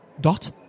Dot